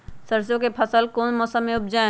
सरसों की फसल कौन से मौसम में उपजाए?